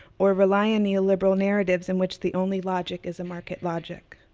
or rely on the liberal narratives in which the only logic is a market logic.